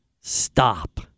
Stop